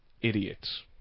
idiots